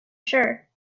sure